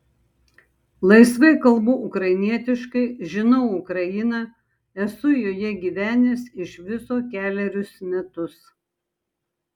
laisvai kalbu ukrainietiškai žinau ukrainą esu joje gyvenęs iš viso kelerius metus